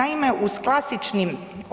Naime, uz klasični